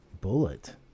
Bullet